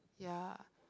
ya